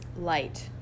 light